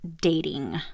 dating